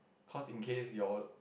because in case you'll